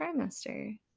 trimester